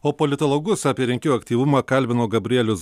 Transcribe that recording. o politologus apie rinkėjų aktyvumą kalbino gabrielius